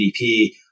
GDP